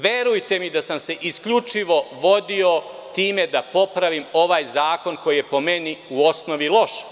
Verujte mi da sam se isključivo vodio time da popravim ovaj zakon koji je po meni u osnovi loš.